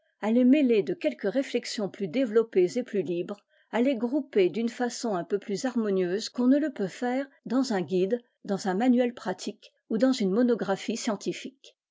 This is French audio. les mêler de quelque réflexions plus développées et plus libres à les grouper d'une façon un peu plus harmonieuse qu'on ne le peut faire dans un guide dans un manuel pratique ou dans une monographie scientifique